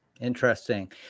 Interesting